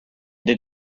did